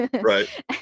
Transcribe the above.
Right